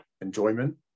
enjoyment